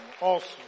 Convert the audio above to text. awesome